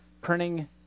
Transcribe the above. printing